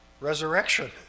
Resurrection